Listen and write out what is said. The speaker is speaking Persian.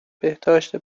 بهداشت